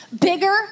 bigger